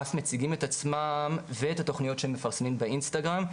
אף מציגים את עצמם ואת התוכניות שהם מפרסמים באינסטגרם,